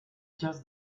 just